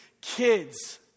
kids